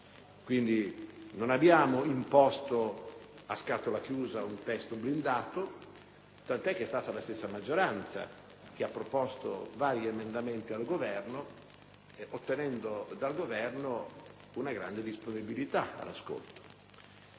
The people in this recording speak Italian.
non abbiamo imposto a scatola chiusa un testo blindato tant'è che è stata la stessa maggioranza che ha proposto vari emendamenti al Governo ottenendo dallo stesso una grande disponibilità all'ascolto.